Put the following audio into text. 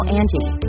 Angie